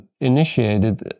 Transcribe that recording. initiated